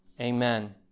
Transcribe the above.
Amen